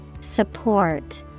Support